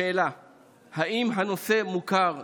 האם הנושא מוכר לאדוני?